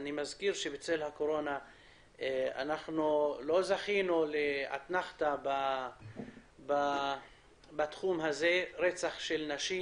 אני מזכיר שבצל הקורונה לא זכינו לאתנחתא בתחום הרצח של נשים.